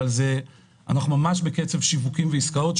אבל אנחנו ממש בקצב שיווקים ועסקאות,